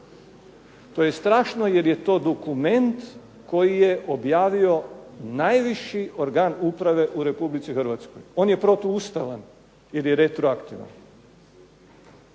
To je strašno jer je to dokument koji je objavio najviši organ uprave u Republici Hrvatskoj. On je protuustavan jer je retroaktivan.